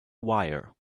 wire